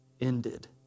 ended